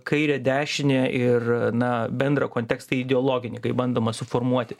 kairę dešinę ir na bendrą kontekstą ideologinį kai bandoma suformuoti